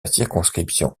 circonscription